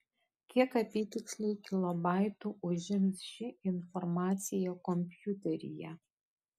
kiek apytiksliai kilobaitų užims ši informacija kompiuteryje